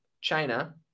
China